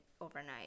overnight